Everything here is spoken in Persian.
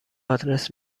آدرس